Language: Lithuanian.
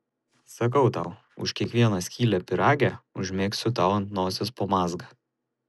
sakau tau už kiekvieną skylę pyrage užmegsiu tau ant nosies po mazgą